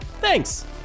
Thanks